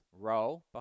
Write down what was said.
roll